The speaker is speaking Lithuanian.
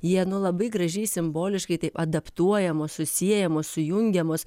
jie nu labai gražiai simboliškai taip adaptuojamos susiejamos sujungiamos